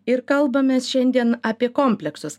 ir kalbamės šiandien apie kompleksus